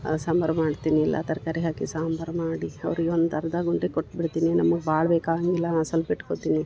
ಸಾಂಬರು ಮಾಡ್ತೀನಿ ಎಲ್ಲ ತರಕಾರಿ ಹಾಕಿ ಸಾಂಬರು ಮಾಡಿ ಅವ್ರಿಗೆ ಒಂದು ಅರ್ಧ ಗುಂಡಿ ಕೊಟ್ಬಿಡ್ತೀನಿ ನಮ್ಗ ಭಾಳ್ ಬೇಕಾಗಂಗಿಲ್ಲ ನಾ ಸಲ್ಪ ಇಟ್ಕೊತೀನಿ